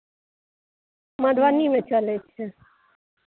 मधुबनीमे चलै छै